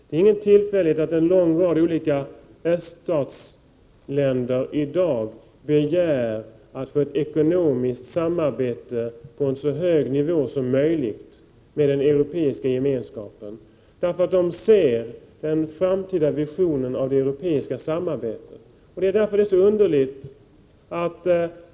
Det är inte någon tillfällighet att en lång rad olika öststatsländer i dag begär att få ett ekonomiskt samarbete på en så hög nivå som möjligt med den europeiska gemenskapen. De ser nämligen den » framtida visionen av det europeiska samarbetet.